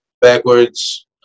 backwards